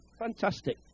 fantastic